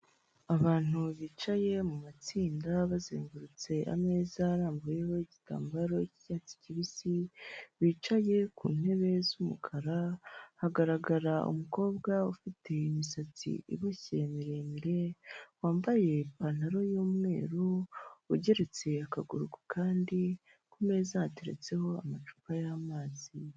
Abantu bicaye mu matsinda bazengurutse ameza arambuyeho igitambaro cy'icyatsi kibisi, bicaye ku ntebe z'umukara, hagaragara umukobwa ufite imisatsi iboshye miremire, wambaye ipantaro y'umweru, ugeretse akaguru kandi, ku meza hateretseho amacupa y'amazi.